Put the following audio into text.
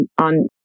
on